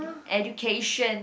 education